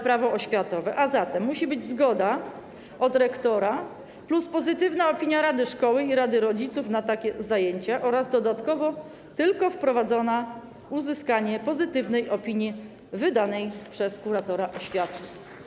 Prawo oświatowe, a zatem musi być zgoda od rektora plus pozytywna opinia rady szkoły i rady rodziców na takie zajęcia oraz dodatkowo potrzebne jest uzyskanie pozytywnej opinii wydanej przez kuratora oświaty.